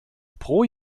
pro